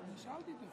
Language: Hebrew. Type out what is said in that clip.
אני שאלתי אותו.